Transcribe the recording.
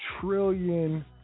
trillion